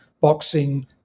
boxing